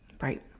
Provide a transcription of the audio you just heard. Right